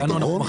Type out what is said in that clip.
נכון?